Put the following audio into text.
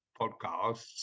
podcasts